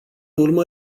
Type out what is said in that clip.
urmă